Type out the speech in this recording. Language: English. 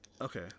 Okay